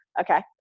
okay